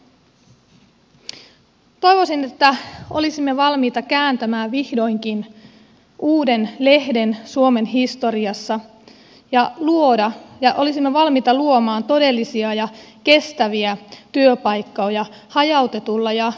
toivoisin että olisimme valmiita kääntämään vihdoinkin uuden lehden suomen historiassa ja olisimme valmiita luomaan todellisia ja kestäviä työpaikkoja hajautetulla ja uusiutuvalla energiantuotannolla